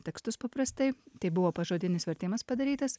tekstus paprastai tai buvo pažodinis vertimas padarytas